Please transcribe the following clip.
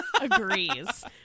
agrees